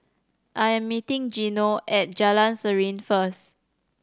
I'm meeting Gino at Jalan Serene first